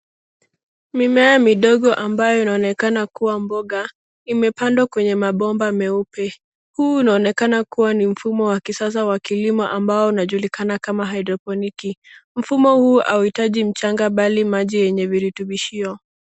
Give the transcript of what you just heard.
Mimea midogo ambayo inaonekana kua mboga, imepandwa kwenye mabomba meupe. Huu unaonekana kua ni mfumo wa kisasa wa kilimo ambao unajulikana kama hydroponiki. Mfumo huu hauhitaji mchanga mbali maji yenye virutubishio.